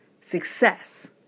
success